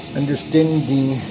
understanding